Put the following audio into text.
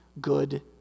good